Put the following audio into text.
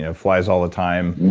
ah flies all the time,